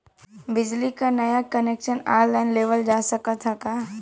बिजली क नया कनेक्शन ऑनलाइन लेवल जा सकत ह का?